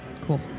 Cool